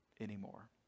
anymore